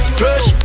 fresh